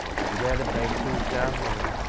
गैर बैंकिंग का होला?